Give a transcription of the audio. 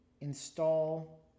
install